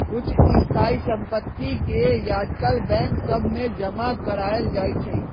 कुछ स्थाइ सम्पति के याजकाल बैंक सभ में जमा करायल जाइ छइ